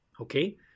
okay